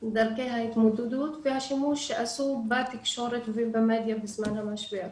דרכי ההתמודדות והשימוש שעשו בתקשורת ובמדיה בזמן המשבר.